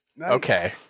Okay